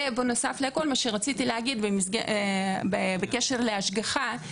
בנוסף לכך בקשר להשגחה,